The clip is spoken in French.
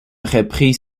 repris